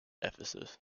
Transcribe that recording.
ephesus